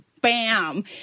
bam